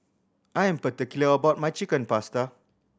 I am particular about my Chicken Pasta